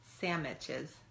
sandwiches